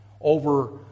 over